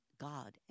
God